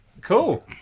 cool